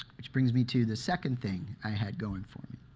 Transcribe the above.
which brings me to the second thing i had going for me